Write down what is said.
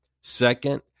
Second